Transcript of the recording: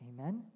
Amen